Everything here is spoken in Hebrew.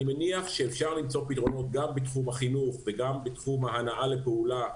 אני מניח שאפשר למצוא פתרונות גם בתחום החינוך וגם בתחום ההנעה לפעולה,